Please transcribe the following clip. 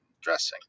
dressing